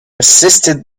assisted